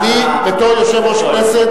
בתור יושב-ראש הכנסת,